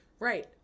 Right